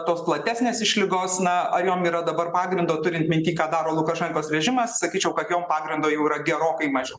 tos platesnės išlygos na ar jom yra dabar pagrindo turint minty ką daro lukašenkos režimas sakyčiau kad jom pagrindo jau yra gerokai mažiau